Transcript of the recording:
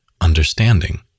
understanding